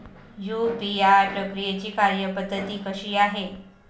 UPI प्रक्रियेची कार्यपद्धती कशी आहे?